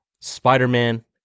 Spider-Man